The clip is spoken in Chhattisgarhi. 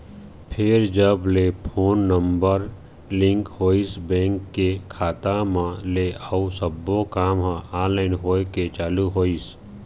फेर जब ले पेन नंबर लिंक होइस बेंक के खाता मन ले अउ सब्बो काम ह ऑनलाइन होय के चालू होइस